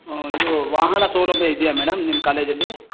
ಇದು ವಾಹನ ಸೌಲಭ್ಯ ಇದೆಯಾ ಮೇಡಮ್ ನಿಮ್ಮ ಕಾಲೇಜಲ್ಲಿ